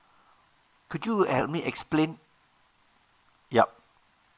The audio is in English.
could you help me explain yup